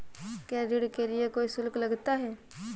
क्या ऋण के लिए कोई शुल्क लगता है?